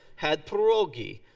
had pierogi.